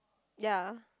ya